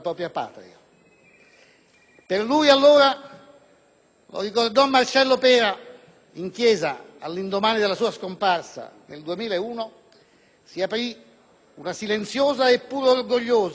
Per lui, allora, lo ricordò Marcello Pera in chiesa all'indomani della sua scomparsa nel 2001, si aprì una silenziosa eppure orgogliosa stagione,